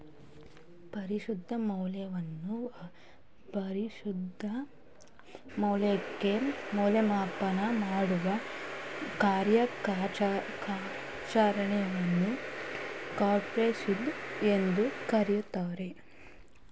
ಪ್ರಸ್ತುತ ಮೌಲ್ಯವನ್ನು ಭವಿಷ್ಯದ ಮೌಲ್ಯಕ್ಕೆ ಮೌಲ್ಯಮಾಪನ ಮಾಡುವ ಕಾರ್ಯಚರಣೆಯನ್ನು ಕ್ಯಾಪಿಟಲಿಸಂ ಎಂದು ಕರೆಯುತ್ತಾರೆ